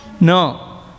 No